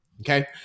Okay